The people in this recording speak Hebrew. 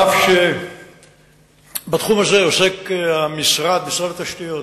אף שבתחום הזה עוסק משרד התשתיות,